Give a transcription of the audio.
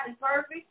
perfect